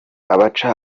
abaca